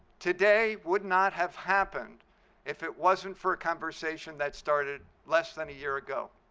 today would not have happened if it wasn't for a conversation that started less than a year ago.